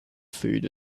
food